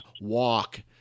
walk